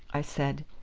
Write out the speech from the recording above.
i said.